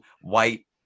white